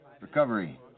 Recovery